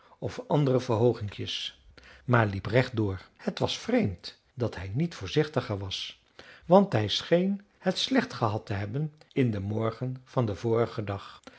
of andere verhooginkjes maar liep recht door het was vreemd dat hij niet voorzichtiger was want hij scheen het slecht gehad te hebben in den morgen van den vorigen dag